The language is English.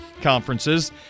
conferences